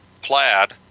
Plaid